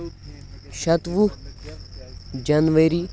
شَتوُہ جنؤری